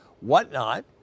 whatnot